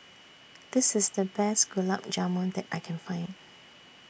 This IS The Best Gulab Jamun that I Can Find